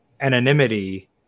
anonymity